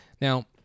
Now